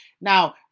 Now